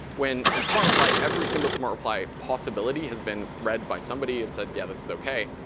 when, in smart reply, every single smart reply possibility has been read by somebody, and said, yeah, this is ok.